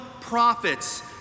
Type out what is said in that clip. prophets